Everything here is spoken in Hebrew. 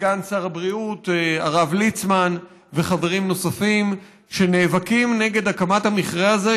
סגן שר הבריאות הרב ליצמן וחברים נוספים נאבקים נגד הקמת המכרה הזה,